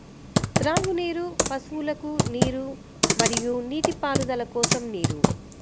త్రాగునీరు, పశువులకు నీరు మరియు నీటిపారుదల కోసం నీరు